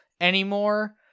anymore